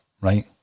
Right